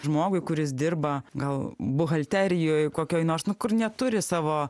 žmogui kuris dirba gal buhalterijoj kokioj nors nu kur neturi savo